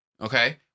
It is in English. Okay